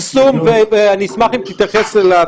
ואני אשמח אם תתייחס אליו.